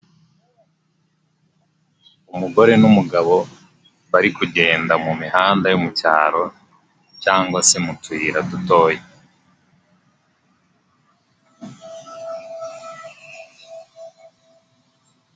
Umugore n'umugabo bari kugenda mu mihanda yo mu cyaro cyangwa se mu tuyira dutoya.